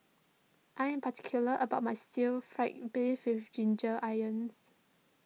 I am particular about my Stir Fried Beef with Ginger Onions